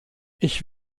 ich